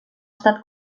estat